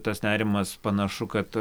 tas nerimas panašu kad